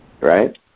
right